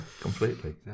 completely